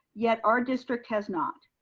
yet our district has not?